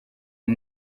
uyu